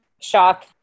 shock